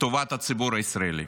טובת הציבור הישראלי.